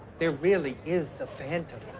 there really is a phantom.